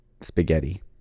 spaghetti